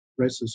racist